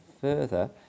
further